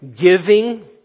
giving